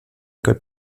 école